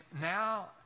now